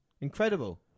Incredible